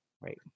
Right